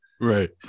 Right